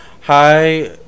Hi